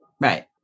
right